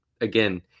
again